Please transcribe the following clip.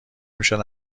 میشن